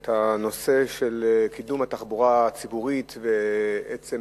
את הנושא של קידום התחבורה הציבורית ועצם